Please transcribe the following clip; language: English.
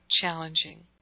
challenging